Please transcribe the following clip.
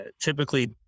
typically